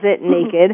naked